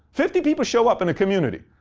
fifty people show up in the community.